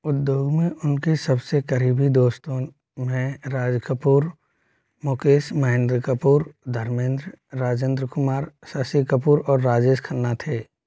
उद्योग में उनके सबसे करीबी दोस्तों में राज कपूर मुकेश महेंद्र कपूर धर्मेंद्र राजेंद्र कुमार शशि कपूर और राजेश खन्ना थे